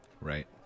Right